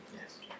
yes